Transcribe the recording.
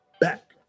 back